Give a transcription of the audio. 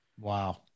Wow